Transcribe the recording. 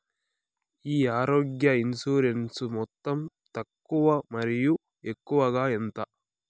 ఈ ఆరోగ్య ఇన్సూరెన్సు మొత్తం తక్కువ మరియు ఎక్కువగా ఎంత?